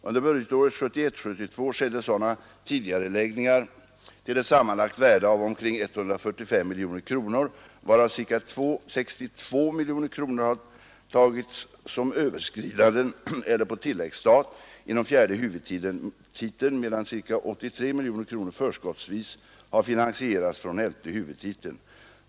Under budgetåret 1971/72 skedde sådana tidigareläggningar till ett sammanlagt värde av ungefär 145 miljoner kronor, varav ca 62 miljoner kronor har tagits som över skridanden eller på tilläggsstat inom fjärde huvudtiteln medan cirka 83 miljoner kronor förskottsvis har finansierats från elfte huvudtiteln.